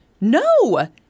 No